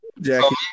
Jackie